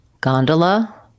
gondola